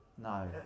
No